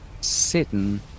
sitting